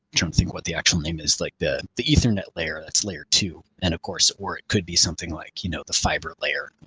trying to think what the actual name is. like the the ethernet layer, that's layer two. and of course where it could be something like, you know, the fiber layer,